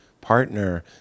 partner